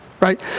Right